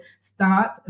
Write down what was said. Start